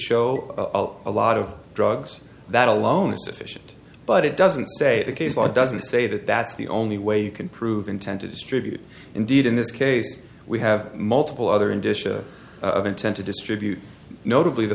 show a lot of drugs that alone is sufficient but it doesn't say the case law doesn't say that that's the only way you can prove intent to distribute indeed in this case we have multiple other indicia of intent to distribute notably the